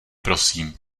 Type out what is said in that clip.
prosím